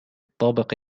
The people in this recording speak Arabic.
الطابق